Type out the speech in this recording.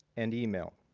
and email.